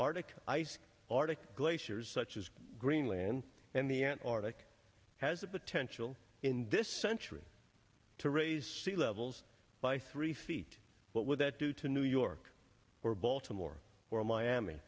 arctic ice arctic glaciers such as greenland and the antarctic has the potential in this century to raise sea levels by three feet what would that do to new york or baltimore or miami